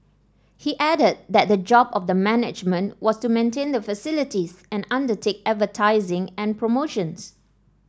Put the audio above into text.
he added that the job of the management was to maintain the facilities and undertake advertising and promotions